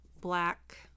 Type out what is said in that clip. black